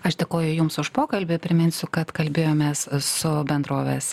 aš dėkoju jums už pokalbį priminsiu kad kalbėjomės su bendrovės